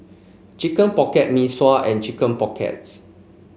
Chicken Pocket Mee Sua and Chicken Pockets